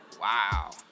Wow